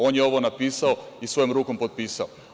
On je ovo napisao i svojom rukom potpisao.